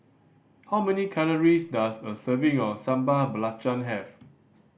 how many calories does a serving of Sambal Belacan have